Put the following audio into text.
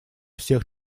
всех